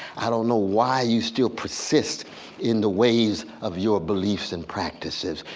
i don't know why you still persist in the ways of your beliefs and practices.